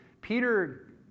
Peter